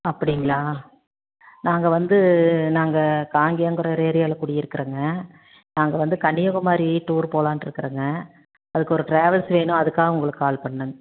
அப்படிங்களா நாங்கள் வந்து நாங்கள் காங்கேயங்கிற ஒரு ஏரியாவில் குடியிருக்கிறோங்க நாங்கள் வந்து கன்னியாகுமாரி டூர் போகலான்னு இருக்கிறோங்க அதுக்கு ஒரு டிராவல்ஸ் வேணும் அதுக்காக உங்களுக்கு கால் பண்ணிணேங்க